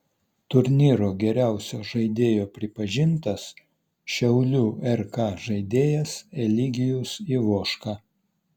turnyro geriausio žaidėjo pripažintas šiaulių rk žaidėjas eligijus ivoška